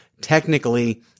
technically